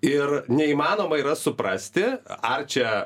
ir neįmanoma yra suprasti ar čia